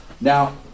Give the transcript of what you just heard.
Now